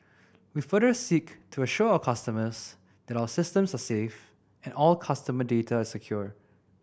we further seek to assure our customers that our systems are safe and all customer data is secure